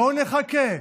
בואו נחכה,